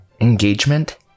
engagement